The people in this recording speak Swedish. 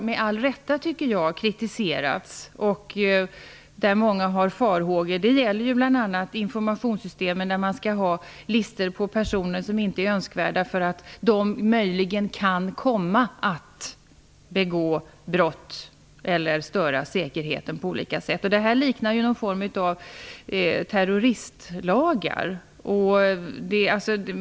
Med all rätta har man kritiserat och många har haft farhågor beträffande informationssystemet, där man skall ha listor över personer som inte är önskvärda eftersom de möjligen kan komma att begå brott eller störa säkerheten på olika sätt. Det här liknar någon form av terroristlagar.